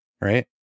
right